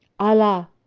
allah,